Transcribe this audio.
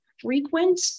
frequent